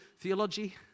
theology